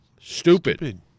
stupid